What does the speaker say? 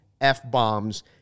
F-bombs